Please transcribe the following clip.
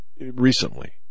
recently